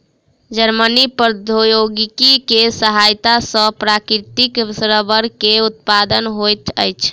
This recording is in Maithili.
जर्मनी में प्रौद्योगिकी के सहायता सॅ प्राकृतिक रबड़ के उत्पादन होइत अछि